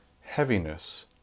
heaviness